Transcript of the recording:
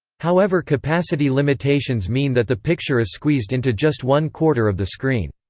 however capacity limitations mean that the picture is squeezed into just one quarter of the screen.